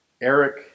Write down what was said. Eric